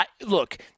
Look